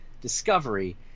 Discovery